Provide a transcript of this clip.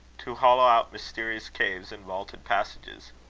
to hollow out mysterious caves and vaulted passages.